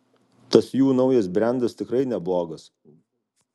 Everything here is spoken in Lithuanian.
tas jų naujas brendas tikrai neblogas